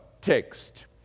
text